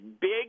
big